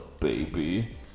baby